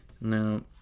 Now